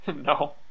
No